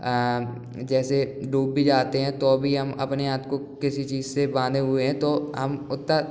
जैसे डूब भी जाते हैं तो भी हम अपने हाथ को किसी चीज से बांधे हुए है तो हम उत्तर